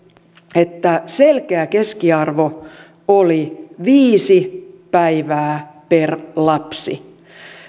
että selkeä keskiarvo oli viisi päivää per lapsi